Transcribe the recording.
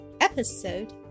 Episode